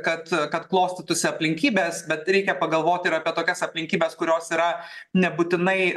kad kad klostytųsi aplinkybės bet reikia pagalvoti ir apie tokias aplinkybes kurios yra nebūtinai